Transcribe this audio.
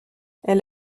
elle